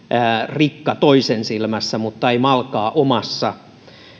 rikka toisen silmässä mutta ei malkaa omassa